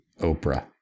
Oprah